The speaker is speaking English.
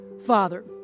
Father